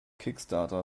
kickstarter